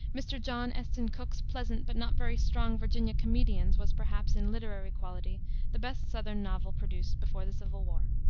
mr. john esten cooke's pleasant but not very strong virginia comedians was, perhaps, in literary quality the best southern novel produced before the civil war.